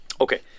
Okay